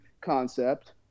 concept